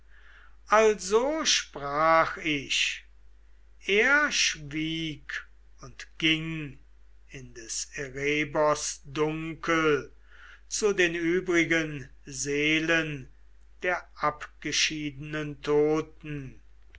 also sprach ich er schwieg und ging in des erebos dunkel zu den übrigen seelen der abgeschiedenen toten